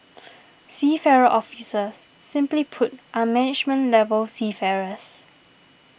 seafarer officers simply put are management level seafarers